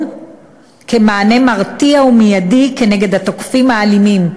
כמענה מרתיע ומידי כנגד התוקפים האלימים.